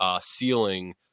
ceiling